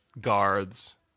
guards